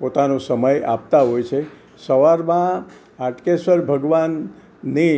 પોતાનો સમય આપતા હોય છે સવારમાં હાટકેશ્વર ભગવાનની